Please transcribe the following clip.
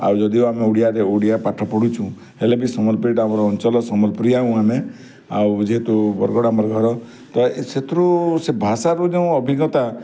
ଆଉ ଯଦିଓ ଆମେ ଓଡ଼ିଆରେ ଓଡ଼ିଆ ପାଠ ପଢ଼ୁଛୁ ହେଲେବି ସମ୍ବଲପୁରୀଟା ଆମ ଅଞ୍ଚଲ ସମ୍ବଲପୁରୀ ଆଉ ଆମେ ଯେହେତୁ ବରଗଡ଼ ଆମର ଘର ତ ସେଥିରୁ ସେ ଭାଷାରୁ ଯେଉଁ ଅଭିଜ୍ଞତା